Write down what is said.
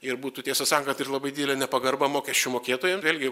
ir būtų tiesą sakant ir labai didelė nepagarba mokesčių mokėtojam vėlgi